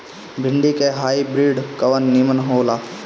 भिन्डी के हाइब्रिड कवन नीमन हो ला?